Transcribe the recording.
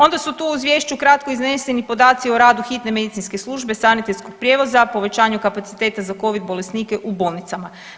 Onda su tu u izvješću kratko izneseni podaci o radu hitne medicinske službe, sanitetskog prijevoza, povećanju kapaciteta za covid bolesnike u bolnicama.